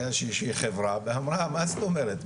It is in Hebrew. היתה איזו שהיא חברה שאמרה מה זאת אומרת,